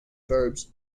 verbs